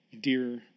dear